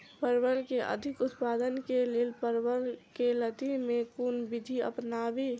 परवल केँ अधिक उत्पादन केँ लेल परवल केँ लती मे केँ कुन विधि अपनाबी?